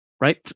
right